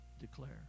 declare